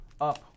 up